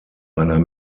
einer